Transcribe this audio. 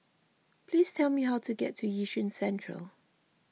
please tell me how to get to Yishun Central